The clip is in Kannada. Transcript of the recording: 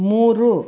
ಮೂರು